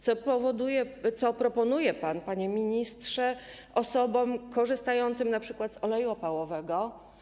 Co proponuje pan, panie ministrze, osobom korzystającym np. z oleju opałowego?